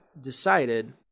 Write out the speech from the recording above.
decided